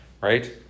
right